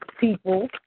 people